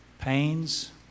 pains